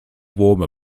warmer